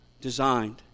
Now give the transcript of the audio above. designed